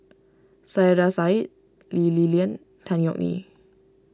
Saiedah Said Lee Li Lian Tan Yeok Nee